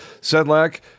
Sedlak